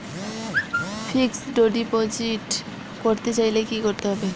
Fixed deposit করতে চাইলে কি করতে হবে?